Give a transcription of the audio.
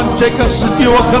um check of the